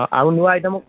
ଆଉ ନୂଆ ଆଇଟମ୍